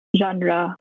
genre